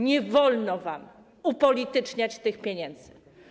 Nie wolno wam upolityczniać tych pieniędzy.